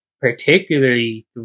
particularly